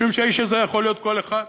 משום שהאיש הזה יכול להיות כל אחד